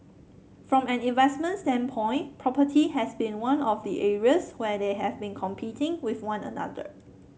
from an investment standpoint property has been one of the areas where they have been competing with one another